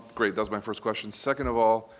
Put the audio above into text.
great. that was my first question. second of all,